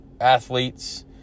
athletes